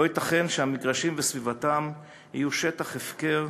לא ייתכן שהמגרשים וסביבתם יהיו שטח הפקר.